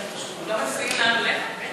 מצביעים לאן הולך?